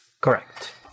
Correct